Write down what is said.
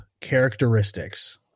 characteristics